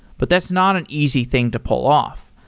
but that's not an easy thing to pull off,